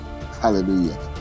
Hallelujah